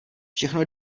všechno